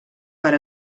per